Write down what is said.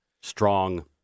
strong